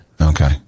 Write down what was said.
Okay